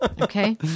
Okay